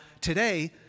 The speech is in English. today